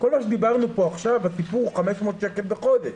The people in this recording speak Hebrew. כל מה שדיברנו פה עכשיו זה 500 שקל בחודש,